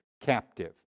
captive